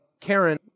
Karen